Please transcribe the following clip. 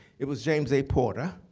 it was james a. porter.